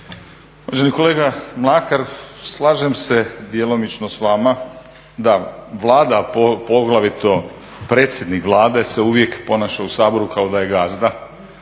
Uvaženi kolega Mlakar slažem se djelomično s vama, da Vlada poglavito predsjednik Vlade se uvijek ponaša u Saboru kao da je gazda,